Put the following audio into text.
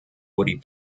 woody